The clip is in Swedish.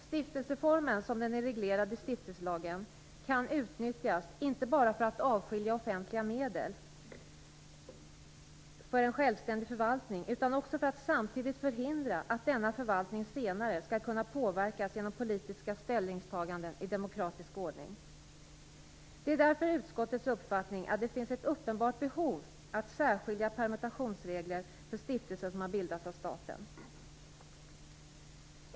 Stiftelseformen som den är reglerad i stiftelselagen, kan utnyttjas, inte bara för att avskilja offentliga medel för en självständig förvaltning, utan också för att samtidigt förhindra att denna förvaltning senare skall kunna påverkas genom politiska ställningstaganden i demokratisk ordning. Det är därför utskottets uppfattning att det finns ett uppenbart behov att särskilja permutationsregler för stiftelser som har bildats av staten.